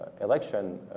election